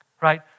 right